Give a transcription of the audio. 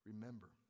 Remember